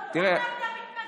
היא תמכה, היא לא התנגדה.